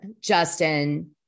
Justin